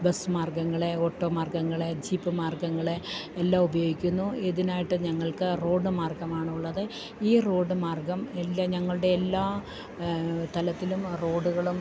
bus മാർഗ്ഗങ്ങളെ auto മാർഗ്ഗങ്ങളെ jeep മാർഗ്ഗങ്ങളെ എല്ലാം ഉപയോഗിക്കുന്നു ഇതിനായിട്ട് ഞങ്ങൾക്ക് റോഡ് മാർഗ്ഗമാണുള്ളത് ഈ റോഡ് മാർഗ്ഗം എല്ലാം ഞങ്ങളുടെ എല്ലാ തലത്തിലും റോഡുകളും